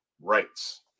rights